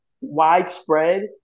widespread